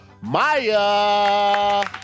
Maya